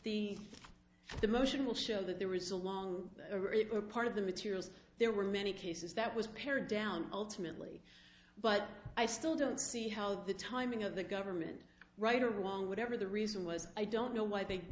the the motion will show that there is a long or it were part of the materials there were many cases that was pared down ultimately but i still don't see how the timing of the government right or wrong whatever the reason was i don't know why